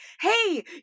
hey